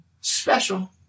special